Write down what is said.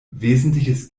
wesentliches